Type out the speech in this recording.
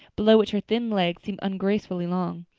below which her thin legs seemed ungracefully long.